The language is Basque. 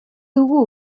dugu